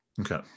Okay